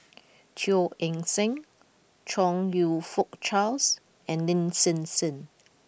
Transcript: Teo Eng Seng Chong you Fook Charles and Lin Hsin Hsin